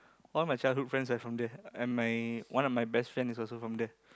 all my childhood friends are from there and my one of my best friends is also from there